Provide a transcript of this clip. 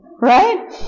Right